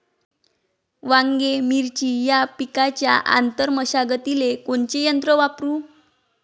वांगे, मिरची या पिकाच्या आंतर मशागतीले कोनचे यंत्र वापरू?